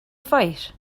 fight